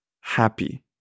happy